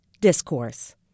discourse